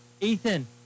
Ethan